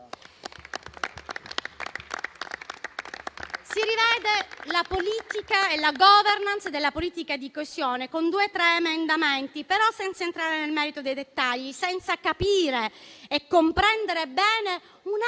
Si rivede la *governance* della politica di coesione con due o tre emendamenti, ma senza entrare nel merito dei dettagli, senza capire e comprendere bene un